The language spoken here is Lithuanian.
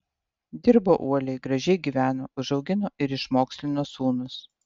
dirbo uoliai gražiai gyveno užaugino ir išmokslino sūnus